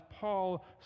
Paul